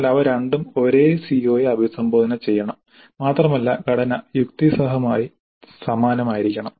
എന്നാൽ അവ രണ്ടും ഒരേ സിഒയെ അഭിസംബോധന ചെയ്യണം മാത്രമല്ല ഘടന യുക്തിസഹമായി സമാനമായിരിക്കണം